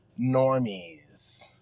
Normies